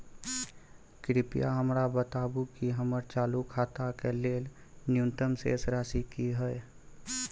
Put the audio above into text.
कृपया हमरा बताबू कि हमर चालू खाता के लेल न्यूनतम शेष राशि की हय